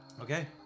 Okay